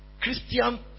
Christian